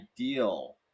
ideal